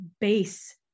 base